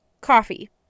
coffee